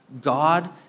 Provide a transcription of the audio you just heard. God